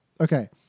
okay